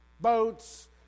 boats